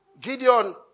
Gideon